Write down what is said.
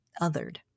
othered